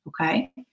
okay